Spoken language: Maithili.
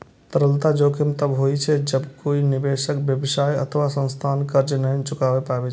तरलता जोखिम तब होइ छै, जब कोइ निवेशक, व्यवसाय अथवा संस्थान कर्ज नै चुका पाबै छै